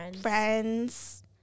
friends